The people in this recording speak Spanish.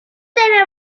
tener